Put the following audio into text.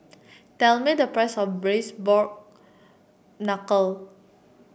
tell me the price of Braised Pork Knuckle